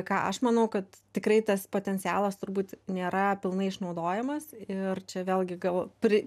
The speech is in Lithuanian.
ką aš manau kad tikrai tas potencialas turbūt nėra pilnai išnaudojamas ir čia vėlgi gal pri